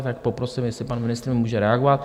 Tak poprosím, jestli pan ministr může reagovat.